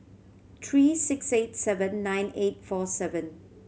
three six eight seven nine eight four seven